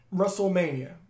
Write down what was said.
Wrestlemania